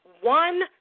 one